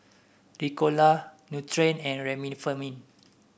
Ricola Nutren and Remifemin